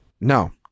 No